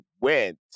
went